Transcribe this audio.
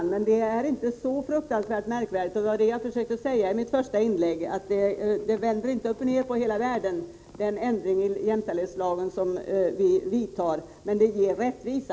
Det hela är emellertid inte så fruktansvärt märkvärdigt. Vad jag försökte klargöra i mitt första inlägg var att den ändring i jämställdhetslagen som föreslagits inte vänder upp och ned på hela världen. Däremot åstadkommer man rättvisa i och med denna ändring.